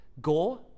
go